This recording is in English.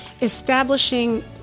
establishing